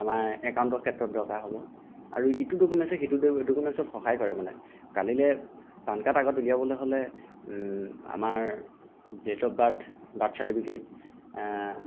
আমাৰ একাউণ্টৰ ক্ষেত্ৰত দৰকাৰ হ'ব আৰু ইটো ডকুমেণ্টচে সিটো ডকুমেণ্টচত সহায় কৰে মানে কালিলে পানকাৰ্ড আগত উলিয়াবলৈ হ'লে আমাৰ date of birth birth certificate